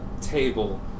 table